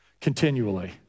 continually